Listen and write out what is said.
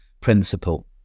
principle